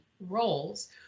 roles